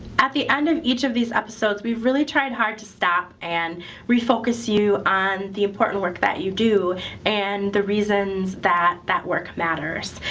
at the end of each of these episodes, we've really tried hard to stop and re-focus you on the important work that you do and the reasons that that work matters.